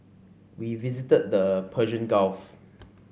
we visited the Persian Gulf